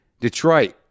Detroit